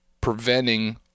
preventing